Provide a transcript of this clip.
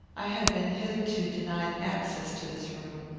i had been hitherto denied access to this room.